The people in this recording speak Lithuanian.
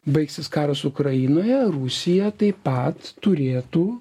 baigsis karas ukrainoje rusija taip pat turėtų